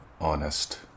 honest